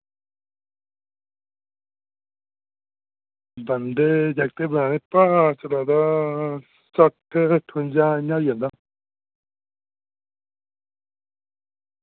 बन्धे जगतै ई पोआने भाऽ चला दा सट्ठ ठुंजा इंया होई जंदा